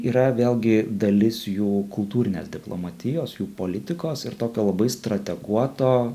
yra vėlgi dalis jų kultūrinės diplomatijos jų politikos ir tokio labai strateguoto